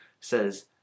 says